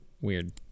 weird